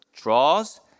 draws